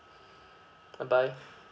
bye bye